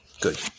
Good